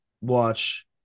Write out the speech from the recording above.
watch